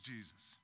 Jesus